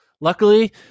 luckily